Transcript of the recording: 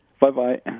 Bye-bye